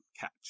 Catch